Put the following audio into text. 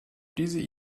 diese